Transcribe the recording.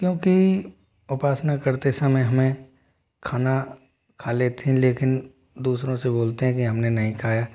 क्योंकि उपासना करते समय हमें खाना खा लेते हैं लेकिन दूसरों से बोलते हैं कि हमने नहीं खाया